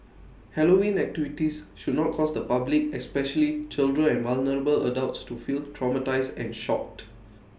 Halloween activities should not cause the public especially children and vulnerable adults to feel traumatised and shocked